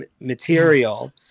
material